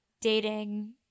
dating